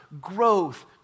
growth